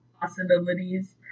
possibilities